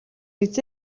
биз